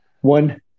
one